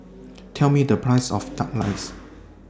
Tell Me The Price of Duck Rice